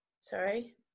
sorry